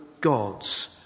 God's